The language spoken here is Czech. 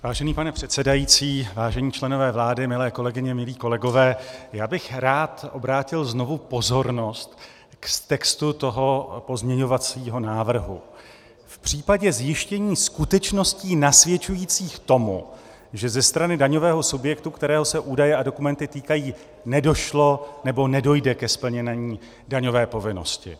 Vážený pane předsedající, vážení členové vlády, milé kolegyně, milí kolegové, já bych rád obrátil znovu pozornost k textu toho pozměňovacího návrhu: v případě zjištění skutečností nasvědčujících tomu, že ze strany daňového subjektu, kterého se údaje a dokumenty týkají, nedošlo nebo nedojde ke splnění daňové povinnosti.